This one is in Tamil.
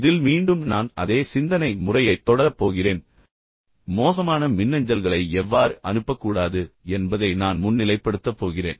இதில் மீண்டும் நான் அதே சிந்தனை முறையைத் தொடரப் போகிறேன் ஆனால் மோசமான மின்னஞ்சல்களை எவ்வாறு அனுப்பக்கூடாது என்பதை நான் முன்னிலைப்படுத்தப் போகிறேன்